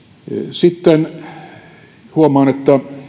sitten huomaan että